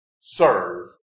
serve